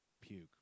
puke